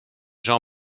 jean